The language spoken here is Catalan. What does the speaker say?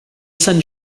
sant